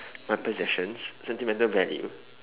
my possessions sentimental value